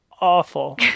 awful